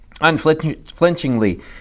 Unflinchingly